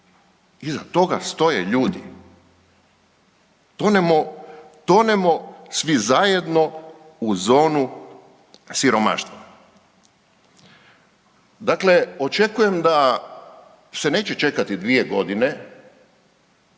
Iza toga stoje ljudi. Tonemo, tonemo svi zajedno u zonu siromaštva. Dakle, očekujem da se neće čekati 2 godine,